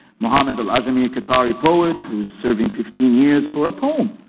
mohammed al-ajami, a qatari poet who's serving fifteen years for a poem,